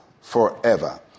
forever